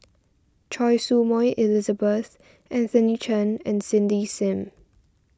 Choy Su Moi Elizabeth Anthony Chen and Cindy Sim